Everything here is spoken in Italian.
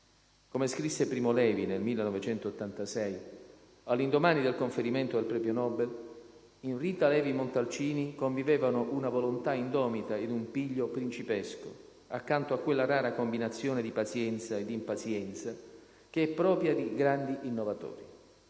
Come scrisse Primo Levi nel 1986, all'indomani del conferimento del premio Nobel, in Rita Levi-Montalcini convivevano una volontà indomita e un piglio principesco, accanto a quella rara combinazione di pazienza ed impazienza che è propria di grandi innovatori: